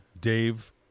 Dave